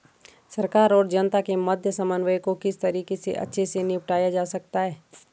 सरकार और जनता के मध्य समन्वय को किस तरीके से अच्छे से निपटाया जा सकता है?